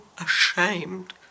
ashamed